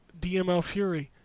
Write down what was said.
dmlfury